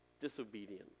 disobedient